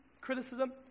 criticism